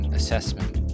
assessment